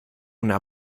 una